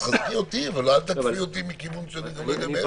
תחזקי אותי ואל תעקפי אותי מכיוון שאני לא יודע מאיפה.